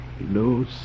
No